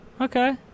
Okay